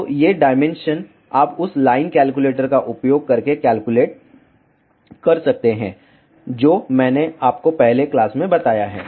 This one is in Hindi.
तो ये डायमेंशन आप उस लाइन कैलकुलेटर का उपयोग करके कैलकुलेट कर सकते हैं जो मैंने आपको पहले क्लास में बताया है